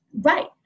Right